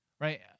right